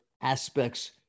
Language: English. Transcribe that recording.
aspects